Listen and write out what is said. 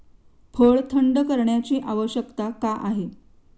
फळ थंड करण्याची आवश्यकता का आहे?